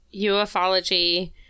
ufology